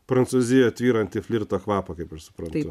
prancūzijoj tvyranti flirto kvapą kaipaš suprantu